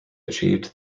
achieved